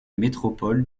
métropole